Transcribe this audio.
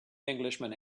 englishman